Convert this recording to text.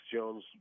Jones